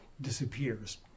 disappears